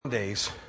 days